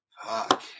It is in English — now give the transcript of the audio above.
fuck